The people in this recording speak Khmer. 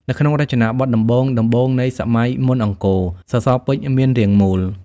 នៅក្នុងរចនាបថដំបូងៗនៃសម័យមុនអង្គរ សសរពេជ្រមានរាងមូល។